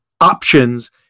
options